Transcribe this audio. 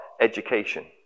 education